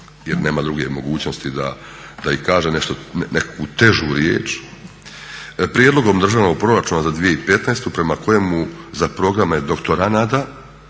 jer nema druge mogućnosti da i kaže nekakvu težu riječ, prijedlogom državnog proračuna za 2015. prema kojemu za programe doktoranata